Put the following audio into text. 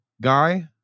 guy